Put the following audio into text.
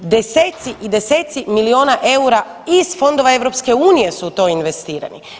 Desetci i desetci milijuna eura iz fondova EU su u to investirani.